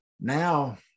now